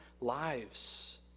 lives